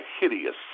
hideous